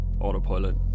autopilot